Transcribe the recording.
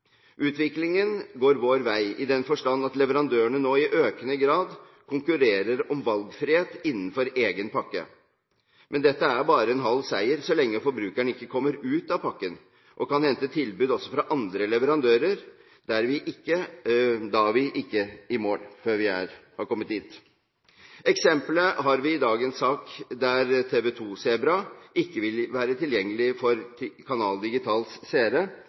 Utviklingen går vår vei, i den forstand at leverandørene nå i økende grad konkurrerer om valgfrihet innenfor egen pakke, men dette er bare en halv seier. Så lenge forbrukeren ikke kommer seg ut av pakken og kan hente tilbud også fra andre leverandører, er vi ikke i mål. Eksempelet har vi i dagens sak, der TV 2 Zebra ikke vil være tilgjengelig for